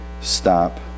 stop